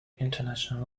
international